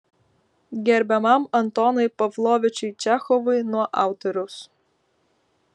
gerbiamam antonui pavlovičiui čechovui nuo autoriaus